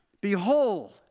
Behold